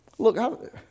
Look